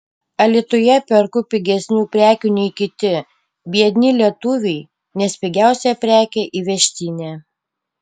alytuje perku pigesnių prekių nei kiti biedni lietuviai nes pigiausia prekė įvežtinė